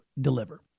deliver